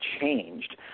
changed